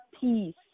peace